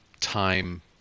time